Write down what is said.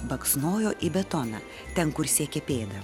baksnojo į betoną ten kur siekė pėda